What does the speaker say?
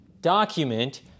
document